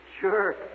Sure